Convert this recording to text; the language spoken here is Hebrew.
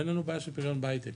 אין לנו בעיה של פריון בהייטק,